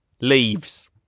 Leaves